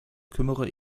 kümmere